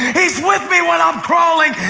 he's with me when i'm crawling.